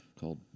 called